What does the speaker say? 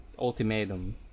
ultimatum